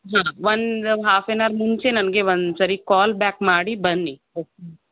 ಹಾಂ ಒಂದು half an hour ಮುಂಚೆ ನನಗೆ ಒಂದ್ಸರಿ ಕಾಲ್ ಬ್ಯಾಕ್ ಮಾಡಿ ಬನ್ನಿ ಓಕೆ